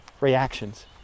reactions